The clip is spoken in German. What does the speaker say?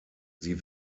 sie